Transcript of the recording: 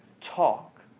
talk